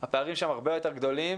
הפערים שם הרבה יותר גדולים